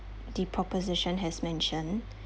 the proposition has mentioned